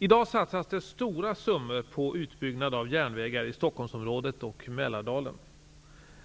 I dag satsas det stora summor på utbyggnad av järnvägar i Stockholmsområdet och Mälardalen.